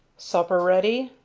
supper ready?